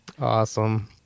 Awesome